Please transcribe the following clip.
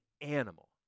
animal